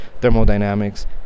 thermodynamics